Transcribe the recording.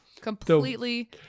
completely